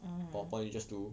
PowerPoint you just do